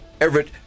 Everett